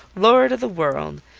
lord of the world!